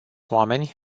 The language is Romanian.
oameni